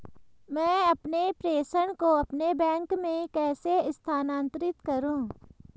मैं अपने प्रेषण को अपने बैंक में कैसे स्थानांतरित करूँ?